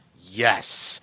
yes